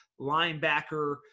linebacker